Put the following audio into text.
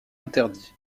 interdit